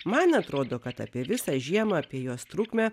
man atrodo kad apie visą žiemą apie jos trukmę